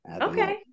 Okay